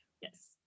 Yes